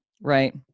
Right